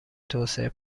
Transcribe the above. توسعه